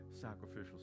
Sacrificial